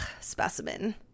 specimen